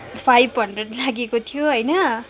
five hundred लागेको थियो होइन